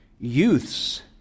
youths